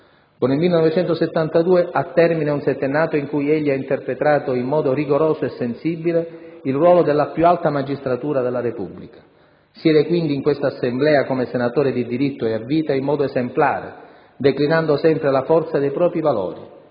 Con il 1971 ha termine un settennato in cui egli ha interpretato in modo rigoroso e sensibile il ruolo della più alta magistratura della Repubblica. Siede quindi in questa Assemblea come senatore di diritto e a vita in modo esemplare, declinando sempre la forza dei propri valori